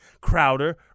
Crowder